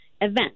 event